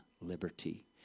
liberty